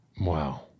Wow